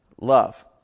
love